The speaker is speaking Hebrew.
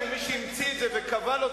נתניהו אומר: אנחנו המצאנו מדינה מפורזת.